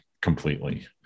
completely